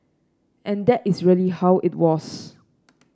and that is really how it was